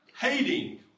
hating